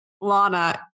Lana